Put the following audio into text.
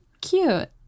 Cute